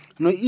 no